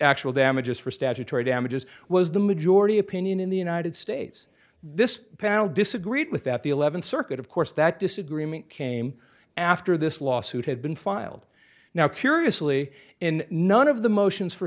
actual damages for statutory damages was the majority opinion in the united states this panel disagreed with that the eleventh circuit of course that disagreement came after this lawsuit had been filed now curiously in none of the motions for